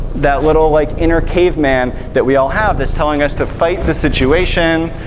that little like inner caveman that we all have that's telling us to fight the situation,